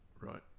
Right